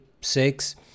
six